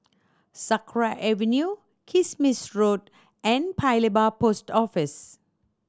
Sakra Avenue Kismis Road and Paya Lebar Post Office